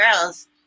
girls